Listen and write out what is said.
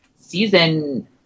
season